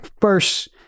first